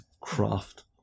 craft